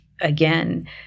again